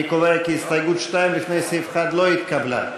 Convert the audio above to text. אני קובע כי הסתייגות 2 לפני סעיף 1 לא התקבלה.